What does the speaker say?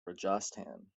rajasthan